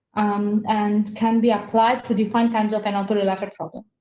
um, and can be applied to defined kinds of an awkward elaborate problems.